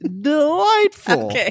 delightful